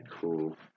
cool